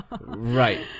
right